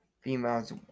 females